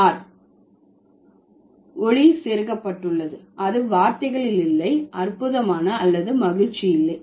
r ஒலி செருகப்பட்டுள்ளது அது வார்த்தைகளில் இல்லை அற்புதமான அல்லது மகிழ்ச்சி இல்லை